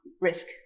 risk